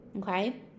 Okay